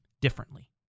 differently